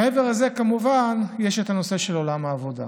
מעבר לזה, כמובן, יש את נושא עולם העבודה.